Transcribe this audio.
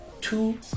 two